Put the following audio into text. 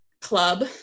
club